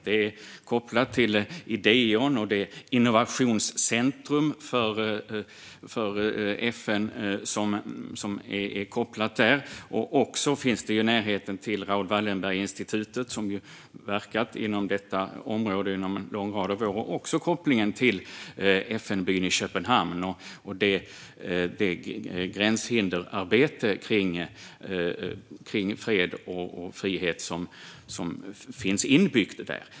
Institutet är kopplat till Ideon och FN:s innovationscentrum, som ligger där. I närheten finns även Raoul Wallenberg Institute, som verkat inom detta område under en lång rad av år. Det finns också en koppling till FN-byn i Köpenhamn och det arbete mot gränshinder för fred och frihet som finns inbyggt där.